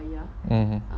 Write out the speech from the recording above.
mmhmm